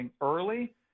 early